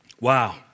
wow